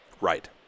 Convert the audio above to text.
right